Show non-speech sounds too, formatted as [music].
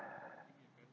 [breath]